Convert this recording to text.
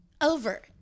over